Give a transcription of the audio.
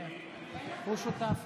שותף להצעה,